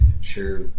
sure